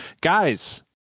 Guys